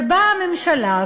ובאה הממשלה,